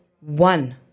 one